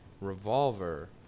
revolver